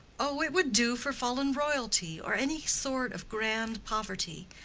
oh, it would do for fallen royalty or any sort of grand poverty.